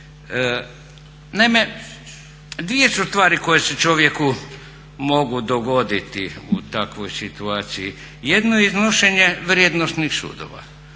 Naime, dvije su stvari koje se čovjeku mogu dogoditi u takvoj situaciji. Jedno je iznošenje vrijednosnih sudova,